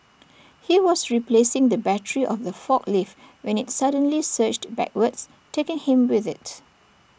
he was replacing the battery of the forklift when IT suddenly surged backwards taking him with IT